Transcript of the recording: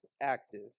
active